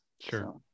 sure